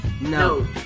No